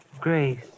grace